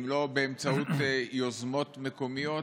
אם לא באמצעות יוזמות מקומיות,